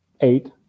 Eight